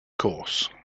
course